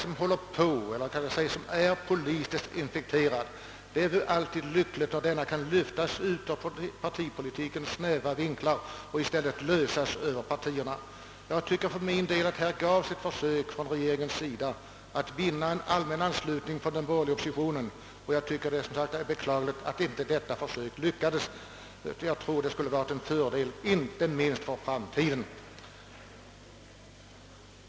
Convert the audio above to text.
Om en fråga är politiskt infekterad är det alltid lyckligt om den kan lyftas ut från partipolitikens snäva vinklar och i stället lösas över partierna. Här gjordes från regeringens sida ett försök att vinna allmän anslutning från den borgerliga oppositionen, och jag tycker, som sagt, att det är beklagligt att detta försök misslyckades, inte minst med tanke på framtiden.